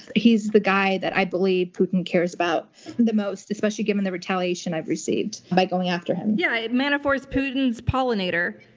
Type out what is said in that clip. he's the guy that i believe putin cares about the most, especially given the retaliation i've received by going after him. yeah, manafort is putin's pollinator.